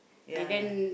ya ya